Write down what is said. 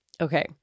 Okay